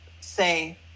say